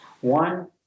One